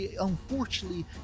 unfortunately